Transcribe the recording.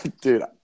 Dude